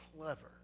clever